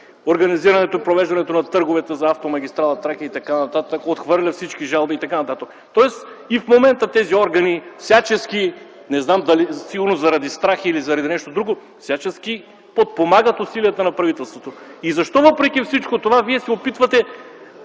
организирането и провеждането на търговете за автомагистрала „Тракия”, отхвърля всички жалби и т.н. Тоест и в момента тези органи – не знам, сигурно заради страх или заради нещо друго, всячески подпомагат усилията на правителството. Защо въпреки всичко това Вие се опитвате